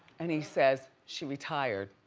and he says, she retired.